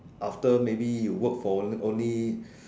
after maybe you work for only